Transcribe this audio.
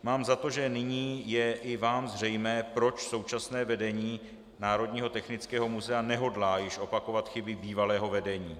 Mám za to, že nyní je i vám zřejmé, proč současné vedení Národního technického muzea nehodlá již opakovat chyby bývalého vedení.